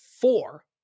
four